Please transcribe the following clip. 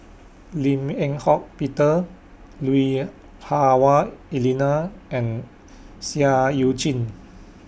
Lim Eng Hock Peter Lui Hah Wah Elena and Seah EU Chin